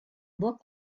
looked